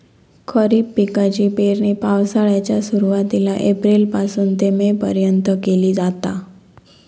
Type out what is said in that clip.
खरीप पिकाची पेरणी पावसाळ्याच्या सुरुवातीला एप्रिल पासून ते मे पर्यंत केली जाता